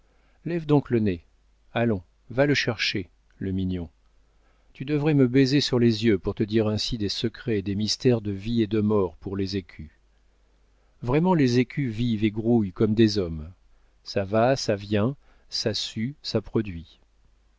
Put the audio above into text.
lève donc le nez allons va le chercher le mignon tu devrais me baiser sur les yeux pour te dire ainsi des secrets et des mystères de vie et de mort pour les écus vraiment les écus vivent et grouillent comme des hommes ça va ça vient ça sue ça produit